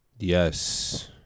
Yes